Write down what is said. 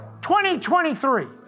2023